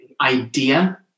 idea